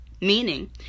Meaning